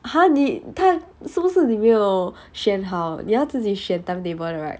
!huh! 你他是不是你没有选好你要自己选 timetable 的 right